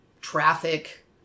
traffic